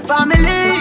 Family